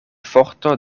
forto